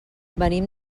venim